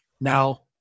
Now